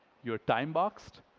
you're time boxed,